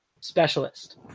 specialist